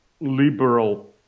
liberal